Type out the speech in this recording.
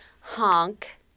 honk